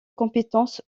compétences